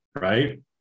right